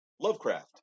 Lovecraft